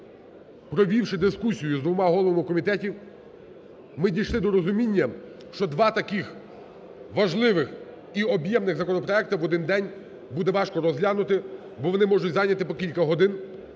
провівши дискусію з двома головами комітетів, ми дійшли до розуміння, що два таких важливих і об'ємних законопроекти в один день буде важко розглянути, бо вони можуть зайняти по кілька годин.